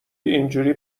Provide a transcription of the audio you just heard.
اینجوری